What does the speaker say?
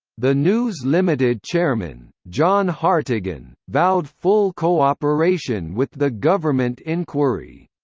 the news limited chairman, john hartigan, vowed full co-operation with the government inquiry.